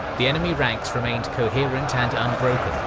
the enemy ranks remained coherent and unbroken,